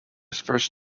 first